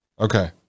Okay